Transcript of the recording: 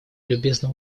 любезно